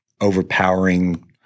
overpowering